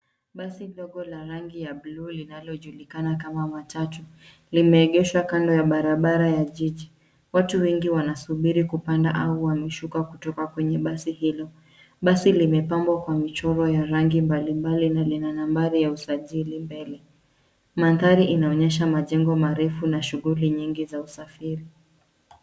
Basi dogo la rangi ya buluu linalojulikana kama matatu, limeegeshwa kando ya barabara ya jiji. Watu wengi wanasubiri kupanda au wameshuka kutoka kwenye basi hilo. Basi limepambwa kwa michoro ya rangi mbalimbali na lina nambari ya usajili mbele. Mandhari inaonyesha majengo marefu na shughuli nyingi za usafiri.